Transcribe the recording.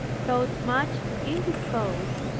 though much indisposed,